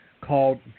called